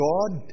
God